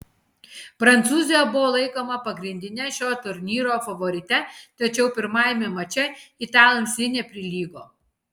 prancūzija buvo laikoma pagrindine šio turnyro favorite tačiau pirmajame mače italams ji neprilygo